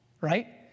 right